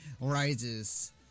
rises